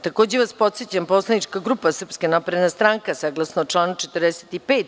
Takođe vas podsećam da je poslanička grupa Srpska napredna stranka saglasno članu 45.